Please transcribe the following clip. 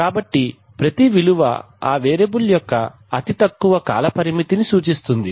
కాబట్టి ప్రతి విలువ ఆ వేరియబుల్ యొక్క అతి తక్కువ కాలపరిమితిని సూచిస్తుంది